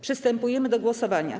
Przystępujemy do głosowania.